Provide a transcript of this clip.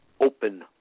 open